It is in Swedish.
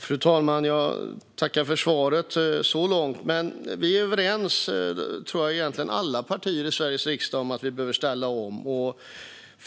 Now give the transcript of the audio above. Fru talman! Jag tackar för svaret så långt. Jag tror att egentligen alla partier i Sveriges riksdag är överens om att vi behöver ställa om.